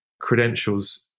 credentials